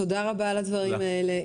תודה רבה על הדברים האלה,